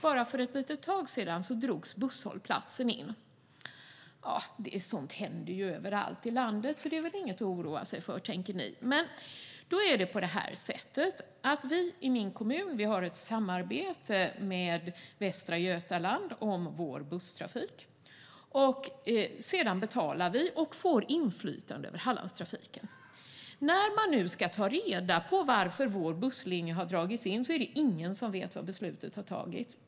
Bara för ett litet tag sedan drogs en busshållplats in. Ja, sådant händer ju överallt i landet - det är väl ingenting att oroa sig för, tänker ni. Men i min hemkommun har vi ett samarbete med Västra Götaland om vår busstrafik, och sedan betalar vi och får inflytande över Hallandstrafiken. När man nu ska ta reda på varför vår busslinje har dragits in visar det sig att ingen vet var beslutets har tagits.